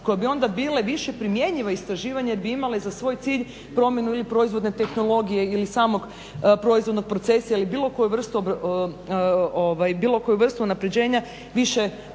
koje bi onda bile više primjenjiva istraživanja jer bi imala za svoj cilj promjenu ili proizvodne tehnologije ili samog proizvodnog procesa ili bilo koju vrstu unapređenja više